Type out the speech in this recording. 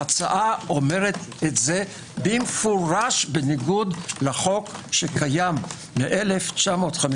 ההצעה אומרת זאת במפורש בניגוד לחוק שקיים מ-58'